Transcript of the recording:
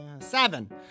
Seven